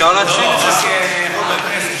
אפשר להציג את זה כחבר כנסת.